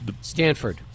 Stanford